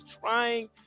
trying